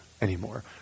anymore